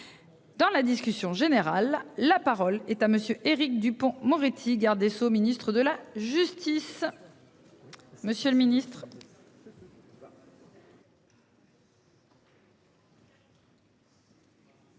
Dans la discussion générale. La parole est à monsieur Éric Dupond-Moretti Garde des Sceaux, ministre de la justice. Monsieur le Ministre. Madame